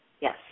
Yes